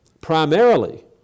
primarily